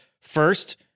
first